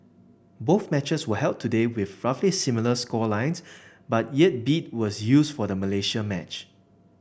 both matches were held today with roughly similar score lines but yet beat was used for the Malaysia match